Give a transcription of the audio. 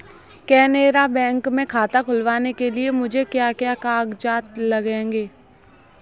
Canara bank में खाता खुलवाने के लिए मुझे क्या क्या कागजात लगेंगे?